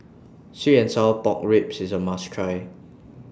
Sweet and Sour Pork Ribs IS A must Try